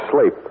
sleep